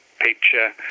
picture